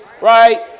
right